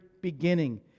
beginning